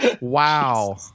Wow